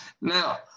Now